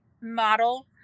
model